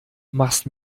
machst